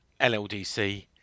LLDC